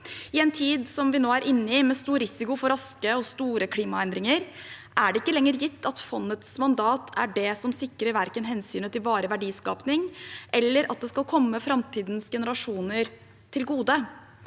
I en tid som den vi nå er inne i, med stor risiko for raske og store klimaendringer, er det ikke lenger gitt at fondets mandat er det som sikrer verken hensynet til varig verdiskaping, eller at det skal komme framtidens generasjoner til gode.